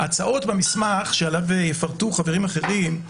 ההצעות במסמך שעליו יפרטו חברים אחרים,